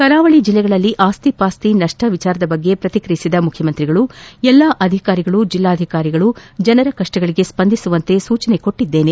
ಕರಾವಳಿ ಜಿಲ್ಲೆಗಳಲ್ಲಿ ಆಸ್ತಿ ಪಾಸ್ತಿ ನಷ್ನ ವಿಚಾರದ ಬಗ್ಗೆ ಪ್ರತಿಕ್ರಿಯಿಸಿದ ಮುಖ್ಯಮಂತ್ರಿಗಳು ಎಲ್ಲಾ ಅಧಿಕಾರಿಗಳು ಜಿಲ್ಲಾಧಿಕಾರಿಗಳು ಜನರ ಕಪ್ಪಗಳಿಗೆ ಸ್ವಂದಿಸುವಂತೆ ಸೂಚನೆ ಕೊಟ್ಟಿದ್ದೇನೆ